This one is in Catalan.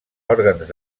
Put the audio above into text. òrgans